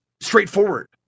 straightforward